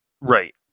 right